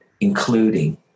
including